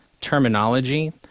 terminology